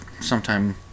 sometime